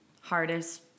hardest